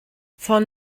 von